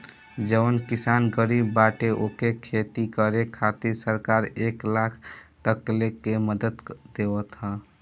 जवन किसान गरीब बाटे उनके खेती करे खातिर सरकार एक लाख तकले के मदद देवत ह